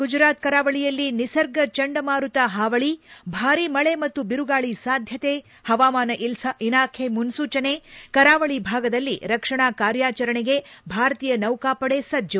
ಗುಜರಾತ್ ಕರಾವಳಿಯಲ್ಲಿ ನಿಸರ್ಗ ಚಂಡಮಾರುತ ಪಾವಳಿ ಭಾರಿ ಮಳೆ ಮತ್ತು ಬಿರುಗಾಳಿ ಸಾಧ್ಯತೆ ಹವಾಮಾನ ಇಲಾಖೆ ಮುನ್ಲೂಚನೆ ಕರಾವಳಿ ಭಾಗದಲ್ಲಿ ರಕ್ಷಣಾ ಕಾರ್ಯಾಚರಣೆಗೆ ಭಾರತೀಯ ನೌಕಾಪಡೆ ಸಜ್ಜು